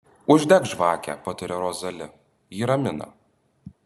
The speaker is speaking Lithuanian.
uždek žvakę pataria rozali ji ramina